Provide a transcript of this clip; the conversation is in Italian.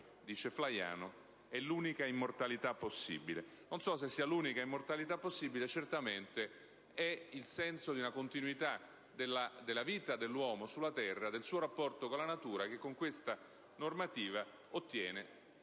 e che questa è l'unica immortalità possibile». Non so se sia l'unica immortalità possibile; certamente è il senso di una continuità della vita dell'uomo sulla terra, del suo rapporto con la natura che con questa normativa può senz'altro